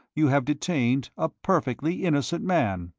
you have detained a perfectly innocent man.